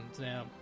now